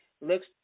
looks